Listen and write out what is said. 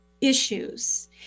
issues